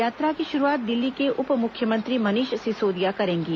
यात्रा की शुरुआत दिल्ली के उप मुख्यमंत्री मनीष सिसोदिया करेंगे